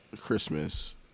Christmas